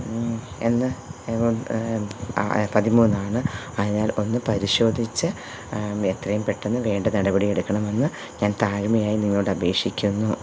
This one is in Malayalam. എന്ന് പതിമൂന്നാണ് ആയാൽ ഒന്ന് പരിശോധിച്ച് എത്രയും പെട്ടന്ന് വേണ്ട നടപടി എടുക്കണമെന്ന് ഞാൻ താഴ്മയായി നിങ്ങളോടപേക്ഷിക്കുന്നു